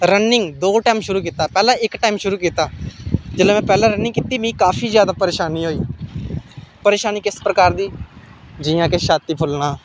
running दो time शुरू कीता पैह्ले इक टाइम शुरू कीता जिसलै में पैह्ले रनिंग कीती मिगी काफी ज्यादा परेशानी होई परेशानी किस प्रकार दी जि'यां के छाती फुल्लना